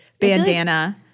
bandana